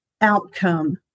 outcome